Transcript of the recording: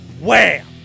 WHAM